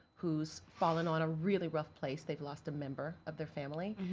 who's fallen on a really rough place, they've lost a member of their family,